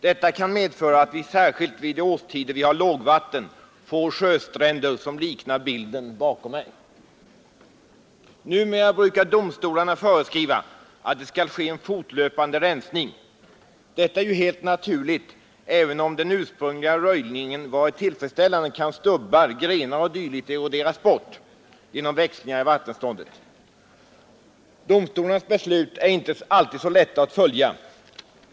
Detta kan medföra att vi särskilt vid de årstider då vi har lågvatten får sjöstränder som liknar bilden bakom mig. Numera brukar domstolarna föreskriva att det skall ske en fortlöpande rensning. Detta är ju helt naturligt, för även om den ursprungliga röjningen varit tillfredsställande kan stubbar, grenar o. d. eroderas bort genom växlingar i vattenståndet. Domstolarnas beslut är inte alltid så lätta att följa.